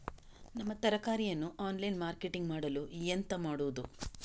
ನಮ್ಮ ತರಕಾರಿಯನ್ನು online marketing ಮಾಡಲು ಎಂತ ಮಾಡುದು?